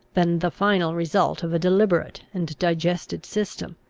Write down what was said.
than the final result of a deliberate and digested system!